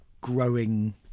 growing